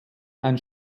ein